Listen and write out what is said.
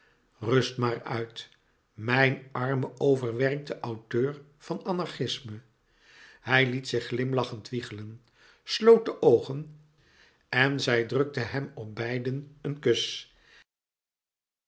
rust maar uit mijn arme overwerkte auteur van anarchisme hij liet zich glimlachend wiegelen sloot de oogen en zij drukte hem op beiden een kus